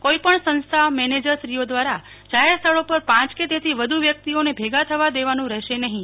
કોઇપણ સંસ્થામેનેજરશ્રીઓ દ્વારા જાહેર સ્થળો પર પાંચ કે તેથી વધુ વ્યકિતોઓને ભેગા થવા દેવાનું રહેશે નહીં